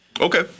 Okay